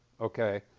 okay